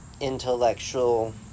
intellectual